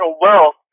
wealth